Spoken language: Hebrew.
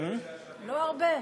יותר נחמד.